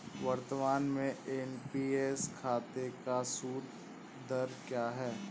वर्तमान में एन.पी.एस खाते का सूद दर क्या है?